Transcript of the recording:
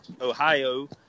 Ohio